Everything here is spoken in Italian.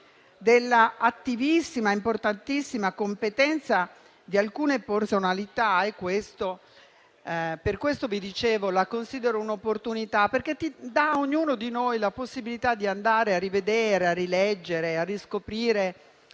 dell'attivissima e importantissima competenza di alcune personalità. Per questo vi dicevo che la considero un'opportunità, perché dà a ognuno di noi la possibilità di andare a rivedere, a rileggere e a riscoprire